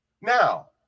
Now